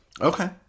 Okay